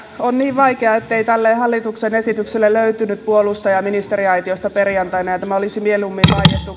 on niin vaikea ettei tälle hallituksen esitykselle löytynyt puolustajaa ministeriaitiosta perjantaina ja tämä olisi mieluummin vaiettu